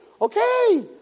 Okay